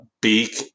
beak